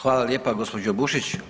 Hvala lijepo gospođo Bušić.